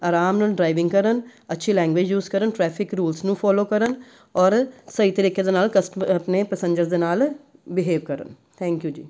ਆਰਾਮ ਨਾਲ ਡਰਾਈਵਿੰਗ ਕਰਨ ਅੱਛੀ ਲੈਂਗੁਏਜ ਯੂਜ਼ ਕਰਨ ਟ੍ਰੈਫਿਕ ਰੂਲਸ ਨੂੰ ਫੋਲੋ ਕਰਨ ਔਰ ਸਹੀ ਤਰੀਕੇ ਦੇ ਨਾਲ ਕਸਬ ਆਪਣੇ ਪੈਸੈਂਜਰ ਦੇ ਨਾਲ ਬਿਹੇਵ ਕਰਨ ਥੈਂਕ ਯੂ ਜੀ